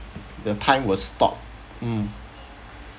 the time will stop mm